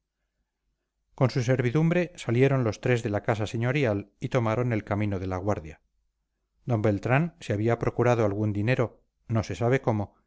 con su servidumbre salieron los tres de la casa señorial y tomaron el camino de la guardia d beltrán se había procurado algún dinero no se sabe cómo